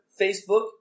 Facebook